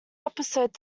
episode